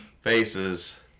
faces